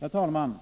Herr talman!